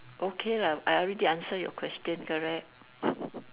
okay lah I already answer your question correct